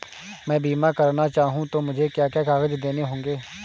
मैं बीमा करना चाहूं तो मुझे क्या क्या कागज़ देने होंगे?